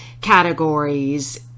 categories